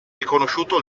riconosciuto